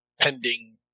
pending